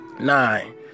Nine